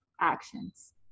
actions